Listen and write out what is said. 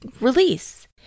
release